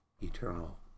eternal